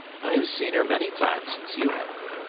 i have seen her many times since you have.